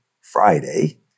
Friday